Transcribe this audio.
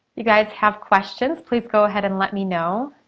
you guys have questions, please go ahead and let me know.